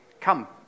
come